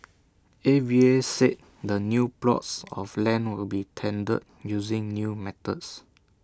A V A said the new plots of land will be tendered using new methods